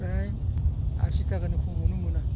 फ्राय आसि थाखानि खमावनो मोना